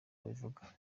babivuga